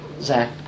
Zach